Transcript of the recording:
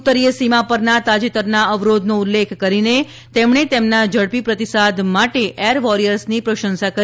ઉત્તરીય સીમા પરના તાજેતરના અવરોધનો ઉલ્લેખ કરીને તેમણે તેમના ઝડપી પ્રતિસાદ માટે એર વોરિયરની પ્રશંસા કરી